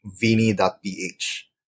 vini.ph